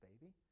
baby